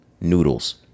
noodles